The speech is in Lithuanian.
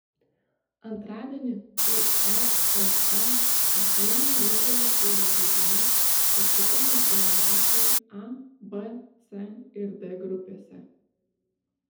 antradienį uefa čempionų lygoje buvo žaidžiami paskutinio turo mačai a b c ir d grupėse